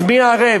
אז מי ערב?